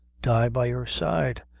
die by your side.